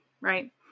Right